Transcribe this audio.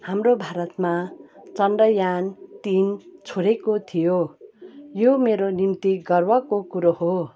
हाम्रो भारतमा चन्द्रयान तिन छोडेको थियो यो मेरो निम्ति गर्वको कुरो हो